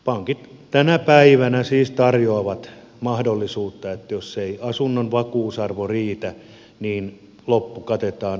pankit tänä päivänä siis tarjoavat mahdollisuutta että jos ei asunnon vakuusarvo riitä niin loppu katetaan kulutusluotolla